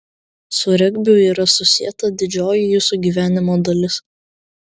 su regbiu yra susieta didžioji jūsų gyvenimo dalis